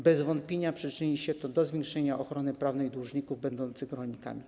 Bez wątpienia przyczyni się to do zwiększenia ochrony prawnej dłużników będących rolnikami.